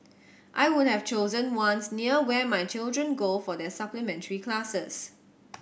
I would have chosen ones near where my children go for their supplementary classes